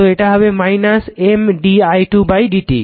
তো এটা হবে M di2 dt